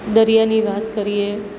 દરિયાની વાત કરીએ